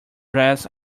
dress